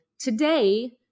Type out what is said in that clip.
today